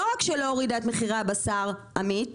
לא רק שלא הורידה את מחירי הבשר עמית,